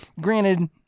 Granted